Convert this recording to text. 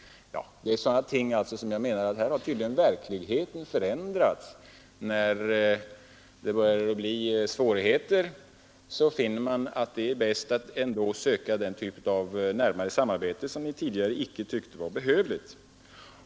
Ja, här har tydligen verkligheten förändrats. När det börjar bli svårigheter finner man att det är bäst att ändå söka den typ av närmare samarbete som vi tidigare icke tyckte vara behövligt.